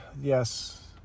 yes